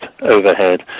overhead